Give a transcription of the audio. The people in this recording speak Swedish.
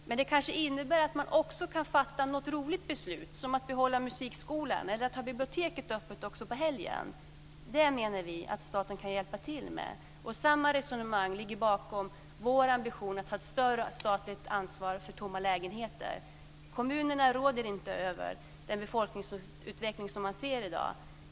Men det kanske innebär att man också kan fatta något roligt beslut, som att behålla musikskolan eller att ha biblioteket öppet också på helgen. Det menar vi att staten kan hjälpa till med. Samma resonemang ligger bakom vår ambition att ta ett större statligt ansvar för tomma lägenheter. Kommunerna råder inte över den befolkningsutveckling som vi ser i dag.